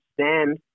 stand